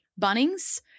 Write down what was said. Bunnings